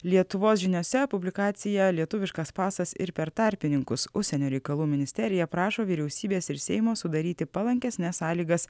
lietuvos žiniose publikacija lietuviškas pasas ir per tarpininkus užsienio reikalų ministerija prašo vyriausybės ir seimo sudaryti palankesnes sąlygas